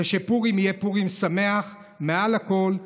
ושפורים יהיה פורים שמח מעל הכול.